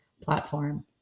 platform